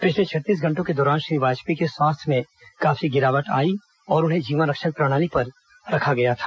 पिछले छत्तीस घंटों के दौरान श्री वाजपेयी के स्वास्थ्य में काफी गिरावट आई और उन्हें जीवन रक्षक प्रणाली पर रखा गया था